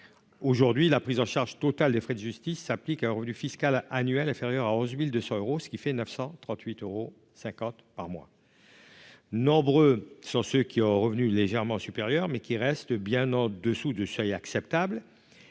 Aujourd'hui, la prise en charge totale des frais de justice s'applique à un revenu fiscal annuel inférieur à 11 200 euros, soit 938,50 euros par mois. Nombreux sont ceux qui ont un revenu légèrement supérieur, bien que très inférieur au seuil acceptable.